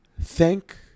Thank